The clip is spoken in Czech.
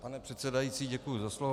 Pane předsedající, děkuji za slovo.